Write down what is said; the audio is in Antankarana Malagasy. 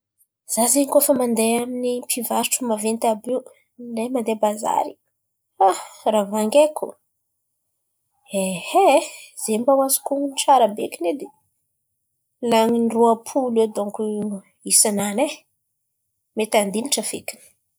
Izaho zen̈y kôa fa mandeha amin'ny mpivarotro maventy àby io na mandeha bazàry raha vangaiko? Zen̈y mba ho azoko on̈ono tsara bekiny edy, nan̈iny roapolo eo donko isanany e, mety andilatra feky.